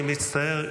אני מצטער,